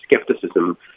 skepticism